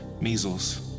measles